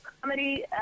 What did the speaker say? comedy